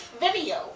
video